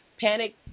panic